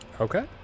okay